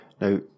now